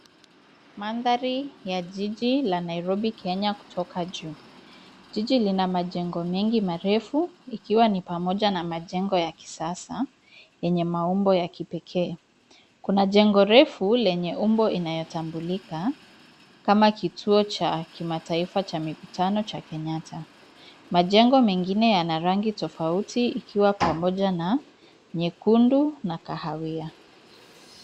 Mandhari, ya jiji la Nairobi Kenya kutoka juu. Jiji lina majengo mengi marefu, ikiwa ni pamoja na majengo ya kisasa, yenye maumbo ya kipekee. Kuna jengo refu, lenye umbo inayotambulika, kama kituo cha kimataifa cha mikutano cha Kenyatta. Majengo mengine yana rangi tofauti, ikiwa pamoja na, nyekundu na kahawia.